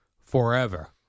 forever